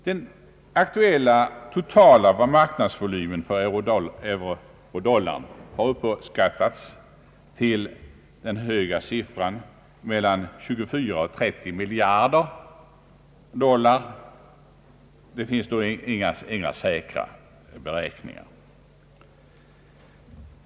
Den aktuella totala marknadsvolymen för eurodollarn har uppskattats till den höga siffran av mellan 24 och 30 miljarder dollar. Det finns dock inga säkra beräkningar.